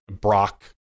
Brock